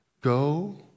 Go